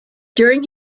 during